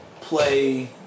play